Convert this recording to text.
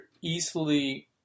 easily